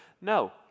No